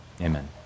Amen